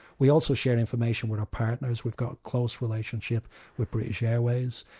we also share information with our partners. we've got a close relationship with british airways,